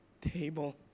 table